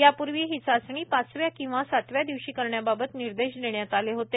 यापूर्वी ही चाचणी पाचव्या किंवा सातव्या दिवशी करण्याबाबत निर्देश देण्यात आले होते